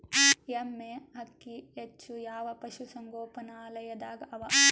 ಎಮ್ಮೆ ಅಕ್ಕಿ ಹೆಚ್ಚು ಯಾವ ಪಶುಸಂಗೋಪನಾಲಯದಾಗ ಅವಾ?